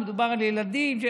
מדובר על ילדים.